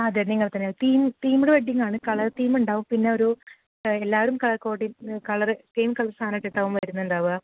ആ അതെ നിങ്ങൾ തന്നെയാണ് തീം തീംഡ് വെഡ്ഡിങ്ങ് ആണ് കളർ തീം ഉണ്ടാവും പിന്നെയൊരു എല്ലാരും colour coordinate colour same colour സാധനമിട്ടിട്ടാവും വരുന്നതുണ്ടാവുക